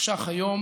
יחשך היום